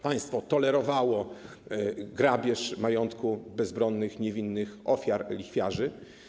Państwo tolerowało grabież majątków bezbronnych, niewinnych ofiar lichwiarzy.